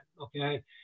okay